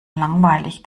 langweilig